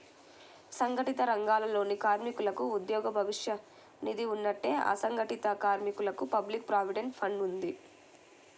సంఘటిత రంగాలలోని కార్మికులకు ఉద్యోగ భవిష్య నిధి ఉన్నట్టే, అసంఘటిత కార్మికులకు పబ్లిక్ ప్రావిడెంట్ ఫండ్ ఉంది